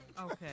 Okay